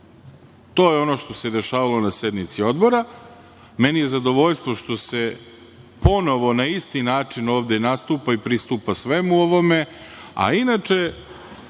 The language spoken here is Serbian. To je ono što se dešavalo na sednici Odbora. Meni je zadovoljstvo ponovo na isti način ovde nastupa i pristupa svemu ovom, a inače,